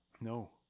No